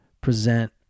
present